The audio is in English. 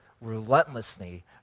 relentlessly